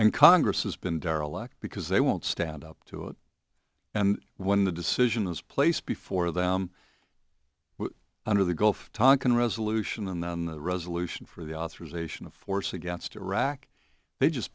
and congress has been derelict because they won't stand up to it and when the decision is placed before them under the gulf of tonkin resolution and then the resolution for the authorization of force against iraq they just